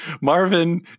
Marvin